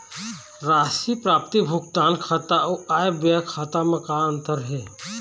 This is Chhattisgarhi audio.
राशि प्राप्ति भुगतान खाता अऊ आय व्यय खाते म का अंतर हे?